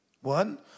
One